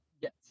Yes